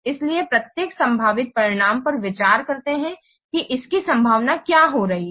इसलिए प्रत्येक संभावित परिणाम पर विचार करते हैं कि इसकी संभावना क्या हो रही है